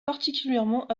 particulièrement